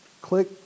click